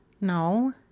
No